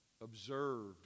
observed